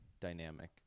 Dynamic